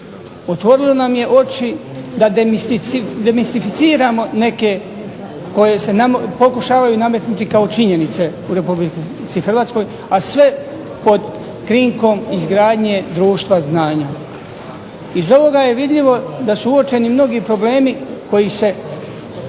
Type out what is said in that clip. Otvorilo nam je oči da demistificiramo neke koji se pokušavaju nametnuti kao činjenice u Republici Hrvatskoj, a sve pod krinkom izgradnje društva znanja. Iz ovoga je vidljivo da su uočeni mnogi problemi koji se nisu